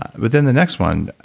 ah but then, the next one,